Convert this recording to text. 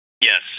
Yes